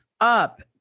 up